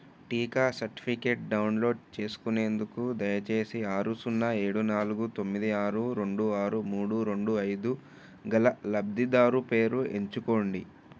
టీకా certificate download చేసుకునేందుకు దయచేసి ఆరు సున్న ఏడు నాలుగు తొమ్మిది ఆరు రెండు ఆరు మూడు రెండు ఐదు గల లబ్ధిదారు పేరు ఎంచుకోండి